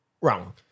Wrong